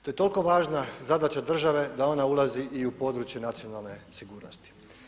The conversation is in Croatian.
To je toliko važna zadaća države da ona ulazi i u područje nacionalne sigurnosti.